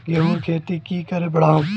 गेंहू खेती की करे बढ़ाम?